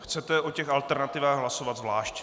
Chcete o těch alternativách hlasovat zvlášť.